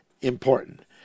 important